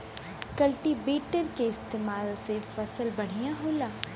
cultivator के इस्तेमाल से फसल बढ़िया होला